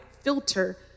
filter